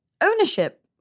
ownership